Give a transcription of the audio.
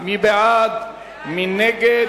2009, מי בעד, מי נגד?